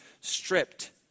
Stripped